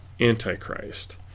Antichrist